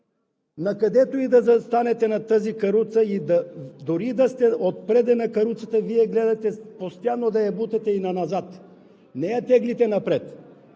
накъдето и да застанете на тази каруца, дори да сте отпред на каруцата, Вие гледате постоянно да я бутате назад. Не я теглите напред.